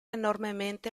enormemente